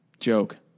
joke